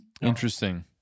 Interesting